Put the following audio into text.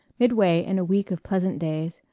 midway in a week of pleasant days,